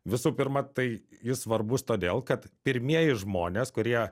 visų pirma tai jis svarbus todėl kad pirmieji žmonės kurie